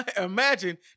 Imagine